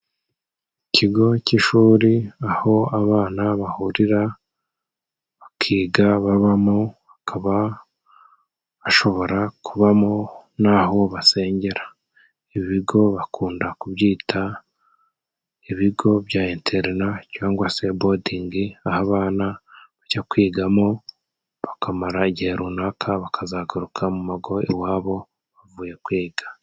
Ikigo cy'ishuri aho abana bahurira bakiga babamo，bakaba bashobora kubamo n'aho basengera. Ibigo bakunda kubyita ibigo bya interina cyangwa se bodingi，aho abana bajya kwigamo bakamara igihe runaka bakazagaruka iwabo bavuye kwiga.